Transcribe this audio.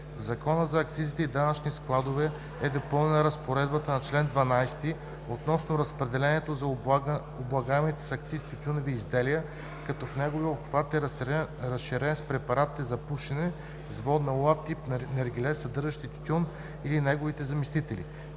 Закона за акцизите и данъчните складове (ЗАДС) е допълнена разпоредбата на чл. 12 относно определението за облагаемите с акциз тютюневи изделия, като неговия обхват е разширен с препаратите за пушене с водна лула (тип наргиле), съдържащи тютюн или негови заместители.